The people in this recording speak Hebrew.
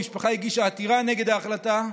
המשפחה הגישה עתירה נגד ההחלטה,